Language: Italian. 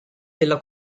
della